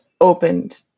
opened